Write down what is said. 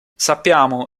sappiamo